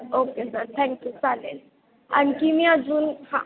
okay sir thank you चालेल आणखी मी अजून हां